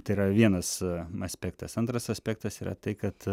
tai yra vienas aspektas antras aspektas yra tai kad